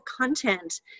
content